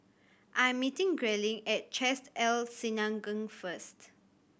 I am meeting Grayling at Chesed El Synagogue first